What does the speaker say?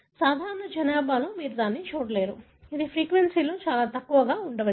సాధారణ జనాభాలో మీరు దీనిని చూడలేరు ఇది ఫ్రీక్వెన్సీలో చాలా తక్కువగా ఉండవచ్చు